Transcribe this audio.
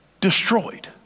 destroyed